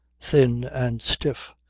thin and stiff,